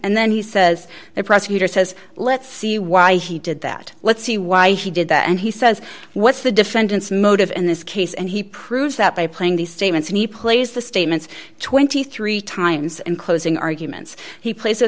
and then he says the prosecutor says let's see why he did that let's see why he did that and he says what's the defendant's motive in this case and he proves that by playing these statements and he plays the statements twenty three times and closing arguments he plays a